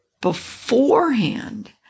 beforehand